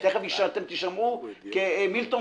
אבל אי-אפשר שהניתוח יצליח והחולה ימות.